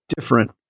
different